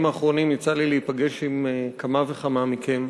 בימים האחרונים יצא לי להיפגש עם כמה וכמה מכם.